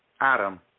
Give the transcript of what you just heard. Adam